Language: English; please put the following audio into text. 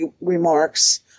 remarks